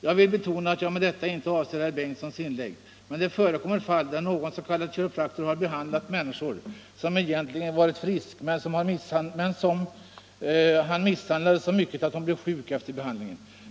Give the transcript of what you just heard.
Jag vill betona att jag med detta inte avser herr Bengtssons inlägg, men det har förekommit fall där någon s.k. kiropraktor har behandlat en människa som egentligen varit frisk men som han behandlade så mycket att hon blivit sjuk efter behandlingen.